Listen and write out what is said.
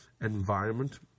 environment